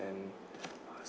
ten